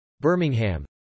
Birmingham